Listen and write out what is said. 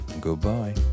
Goodbye